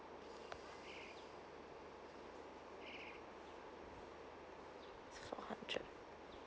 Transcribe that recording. four hundred